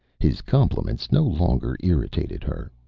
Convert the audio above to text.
his compliments no longer irritated her.